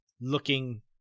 looking